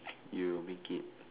you'll make it